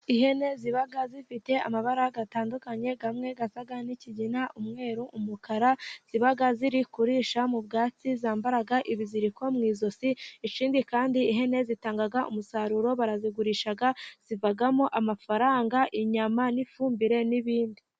Ihene ziba zifite amabara atandukanye zimwe zisa nk'ikigina, umweru, umukara ziba ziri kurisha mu byatsi, zambarag ibiziriko mu ijosi ikindi kandi ihene zitanga umusaruro, barazigurisha zibamo amafaranga, inyama n'ifumbire n'ibindi.